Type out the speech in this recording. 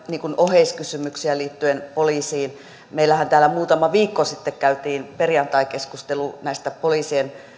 oheiskysymyksiä liittyen poliisiin meillähän täällä muutama viikko sitten käytiin perjantaikeskustelu näistä poliisien